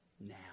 now